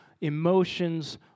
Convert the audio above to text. emotions